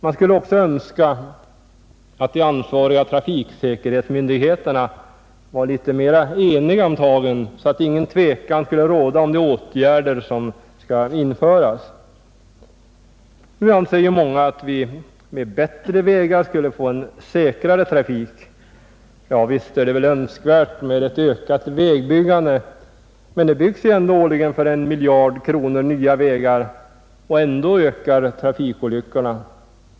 Man skulle också önska, att de ansvariga trafiksäkerhetsmyndigheterna vore litet mera eniga om tagen, så att ingen tvekan skulle råda om de åtgärder som bör vidtas. Många anser att vi med bättre vägar skulle få en säkrare trafik. Ja visst vore det önskvärt med ökat vägbyggande, men det byggs dock årligen för en miljard kronor nya vägar, och ändå ökar trafikolyckorna.